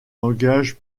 langage